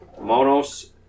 Monos